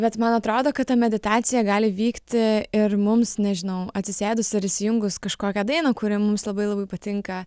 bet man atrodo kad ta meditacija gali vykti ir mums nežinau atsisėdus ir įsijungus kažkokią dainą kuri mums labai labai patinka